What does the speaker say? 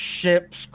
ships